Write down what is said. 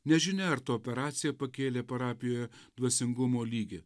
nežinia ar ta operacija pakėlė parapijoje dvasingumo lygį